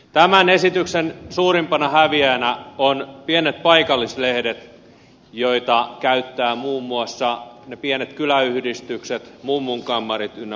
tämän esityksen suurimpana häviäjänä ovat pienet paikallislehdet joita käyttävät muun muassa ne pienet kyläyhdistykset mummunkammarit ynnä muuta